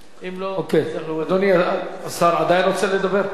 אדוני השר עדיין רוצה לאפשר?